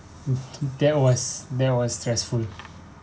there was there was stressful